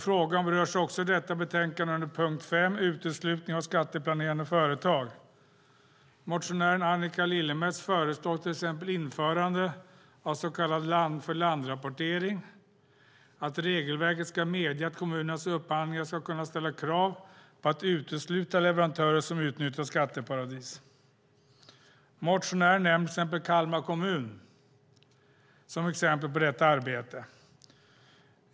Frågan berörs också i detta betänkande under punkt 5 Uteslutning av skatteplanerande företag. Motionären Annika Lillemets föreslår till exempel införande av så kallad land-för-land-rapportering, att regelverket ska medge att kommunerna i sina upphandlingar ska kunna ställa krav på att utesluta leverantörer som utnyttjar skatteparadis. Motionären nämner Kalmar kommun som exempel på detta arbete.